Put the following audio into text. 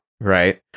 right